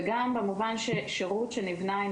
וגם במובן של שירות שנבנה עם